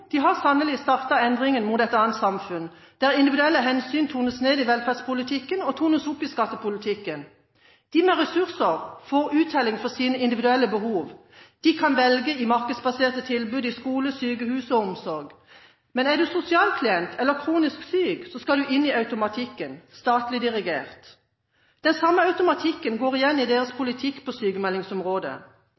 de har sannelig startet endringen mot et annet samfunn, der individuelle hensyn tones ned i velferdspolitikken og tones opp i skattepolitikken. De med ressurser får uttelling for sine individuelle behov. De kan velge i markedsbaserte tilbud i skole, sykehus og omsorg. Men er du sosialklient eller kronisk syk, skal du inn i automatikken, som skal være statlig dirigert. Den samme automatikken går igjen i deres politikk på